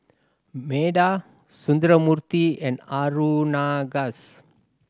Medha Sundramoorthy and Aurangzeb